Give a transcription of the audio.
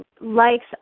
likes